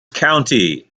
county